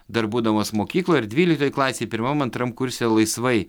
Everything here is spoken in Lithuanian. dar būdamas mokykloj ar dvyliktoj klasėj pirmam antram kurse laisvai